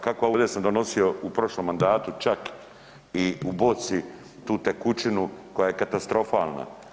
Kakva .../nerazumljivo/... ovdje sam donosio u prošlom mandatu čak i u boci tu tekućinu koja je katastrofalna.